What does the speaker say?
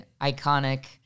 iconic